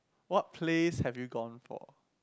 what plays have you gone for